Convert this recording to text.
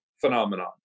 phenomenon